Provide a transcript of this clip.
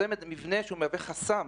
זה מבנה שמהווה חסם